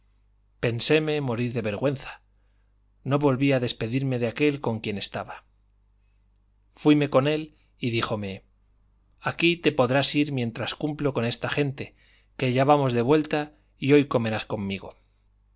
sobrino penséme morir de vergüenza no volví a despedirme de aquel con quien estaba fuime con él y díjome aquí te podrás ir mientras cumplo con esta gente que ya vamos de vuelta y hoy comerás conmigo